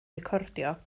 recordio